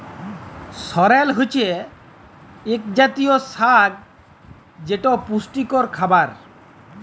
সরেল হছে ইক জাতীয় সাগ যেট পুষ্টিযুক্ত খাবার